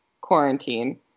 quarantine